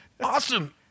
awesome